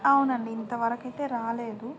అవునండి ఇంతవరకైతే రాలేదు